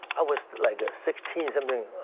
i was like sixteen something,